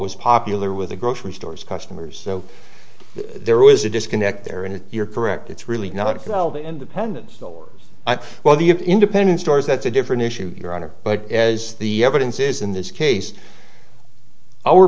was popular with the grocery stores customers so there was a disconnect there and if you're correct it's really not if you tell the independent stores well the independent stores that's a different issue your honor but as the evidence is in this case our